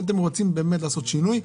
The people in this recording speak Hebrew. אם אתם רוצים באמת לעשות שינוי,